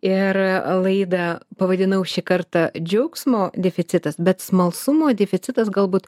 ir laidą pavadinau šį kartą džiaugsmo deficitas bet smalsumo deficitas galbūt